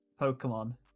Pokemon